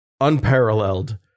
unparalleled